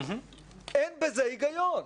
אין בזה היגיון.